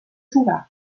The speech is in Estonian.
suve